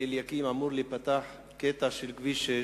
אמור להיפתח קטע של כביש 6